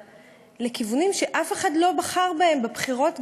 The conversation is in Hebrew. לכיוונים שאף אחד לא בחר בהם בבחירות.